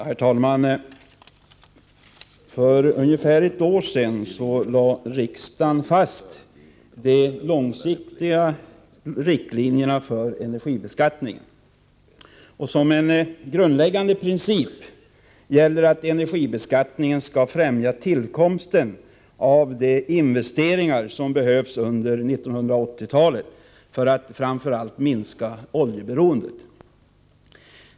Herr talman! För ungefär ett år sedan lade riksdagen fast de långsiktiga riktlinjerna för energibeskattningen. Som en grundläggande princip gäller att energibeskattningen skall främja tillkomsten av de investeringar som behövs under 1980-talet för att framför allt minska oljeberoendet.